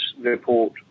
report